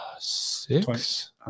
Six